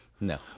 No